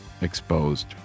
exposed